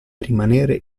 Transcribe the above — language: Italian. rimanere